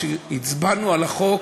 שכשהצבענו על החוק,